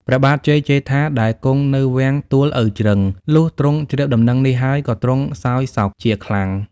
ព្រះបាទជ័យជេដ្ឋា ដែលគង់នៅវាំងទូលឪជ្រឹង លុះទ្រង់ជ្រាបដំណឹងនេះហើយ ក៏ទ្រង់សោយសោកជាខ្លាំង។